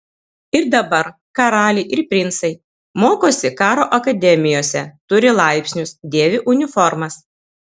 ir dabar karaliai ir princai mokosi karo akademijose turi laipsnius dėvi uniformas